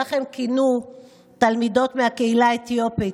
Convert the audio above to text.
כך הן כינו תלמידות מהקהילה האתיופית,